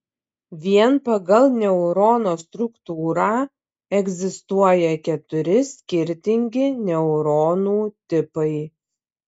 vien pagal neurono struktūrą egzistuoja keturi skirtingi neuronų tipai